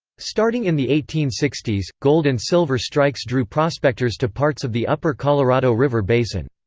starting in the eighteen sixty s, gold and silver strikes drew prospectors to parts of the upper colorado river basin.